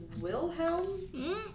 Wilhelm